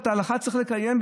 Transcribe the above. ואת ההלכה צריך לקיים,